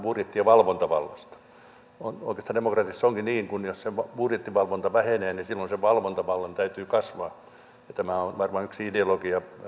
budjetti ja valvontavallasta oikeastaan demokratiassa onkin niin että jos sen budjettivalvonta vähenee niin silloin sen valvontavallan täytyy kasvaa tämä on varmaan yksi ideologia